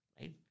right